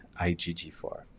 IgG4